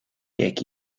kijk